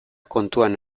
kontuan